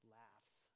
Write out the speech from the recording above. laughs